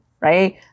right